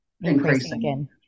increasing